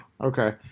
okay